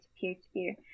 peer-to-peer